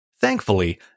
Thankfully